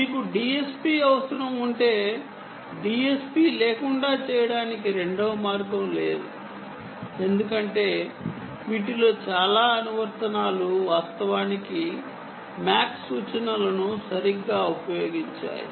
మీకు DSP అవసరం DSP లేకుండా చేయటానికి రెండవ మార్గం లేదు ఎందుకంటే వీటిలో చాలా అనువర్తనాలు వాస్తవానికి MAC సూచనలను సరిగ్గా ఉపయోగించాయి